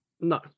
No